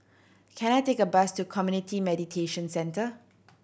can I take a bus to Community Mediation Centre